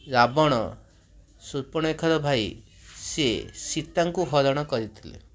ରାବଣ ସୁପର୍ଣ୍ଣରେଖାର ଭାଇ ସିଏ ସୀତାଙ୍କୁ ହରଣ କରିଥିଲେ